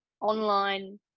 online